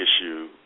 issue